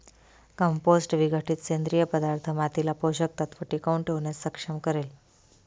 compost विघटित सेंद्रिय पदार्थ मातीला पोषक तत्व टिकवून ठेवण्यास सक्षम करेल